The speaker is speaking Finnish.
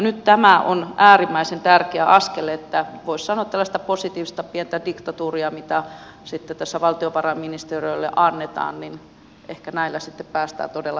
nyt tämä on äärimmäisen tärkeä askel voisi sanoa että tällaista positiivista pientä diktatuuria mitä tässä valtiovarainministeriölle annetaan ja ehkä näillä sitten päästään todella